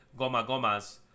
Gomas